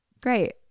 Great